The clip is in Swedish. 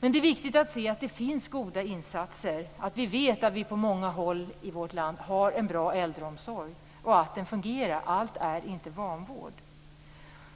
Det är viktigt att se att det finns goda insatser. Vi vet att vi på många håll i vårt land har en bra äldreomsorg som fungerar. Allt är inte vanvård.